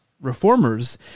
reformers